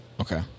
Okay